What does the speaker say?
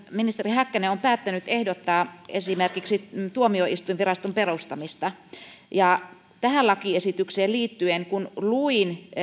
ministeri häkkänen on päättänyt ehdottaa esimerkiksi tuomioistuinviraston perustamista tähän lakiesitykseen liittyen kun luin